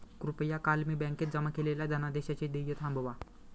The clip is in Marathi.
कृपया काल मी बँकेत जमा केलेल्या धनादेशाचे देय थांबवा